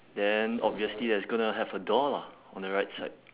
then obviously it's going to have a door lah on the right side